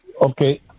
Okay